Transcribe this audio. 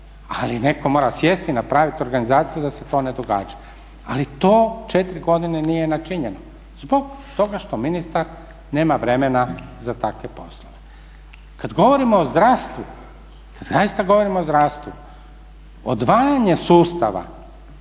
Ali netko mora sjesti, napraviti organizaciju da se to ne događa. Ali to 4 godine nije načinjeno zbog toga što ministar nema vremena za takve poslove. Kada govorimo o zdravstvu, kada zaista govorimo o zdravstvu, odvajanje sustava